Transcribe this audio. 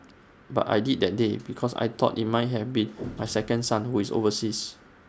but I did that day because I thought IT might have been my second son who is overseas